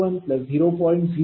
00755222